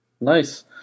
Nice